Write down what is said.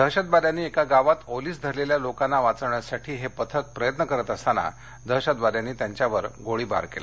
दहशतवाद्यांनी एका गावात ओलीस धरलेल्या लोकांना वाचवण्यासाठी हे पथक प्रयत्न करत असताना दहशतवाद्यांनी त्यांच्यावर गोळीबार केला